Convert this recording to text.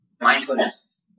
mindfulness